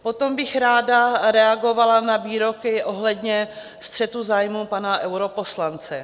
Potom bych ráda reagovala na výroky ohledně střetu zájmů pana europoslance.